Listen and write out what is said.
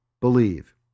Believe